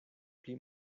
pli